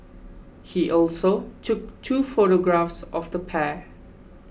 he also took two photographs of the pair